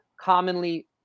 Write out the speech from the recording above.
commonly